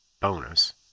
bonus